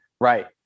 Right